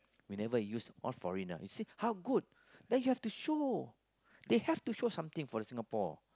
we never use all foreigner you see how good then you have to show they have to show something for the Singapore